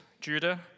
Judah